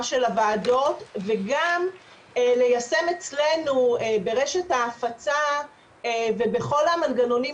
של הוועדות וגם ליישם אצלנו ברשת ההפצה ובכל המנגנונים